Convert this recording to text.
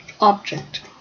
object